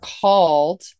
called